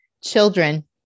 children